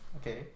Okay